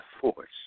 force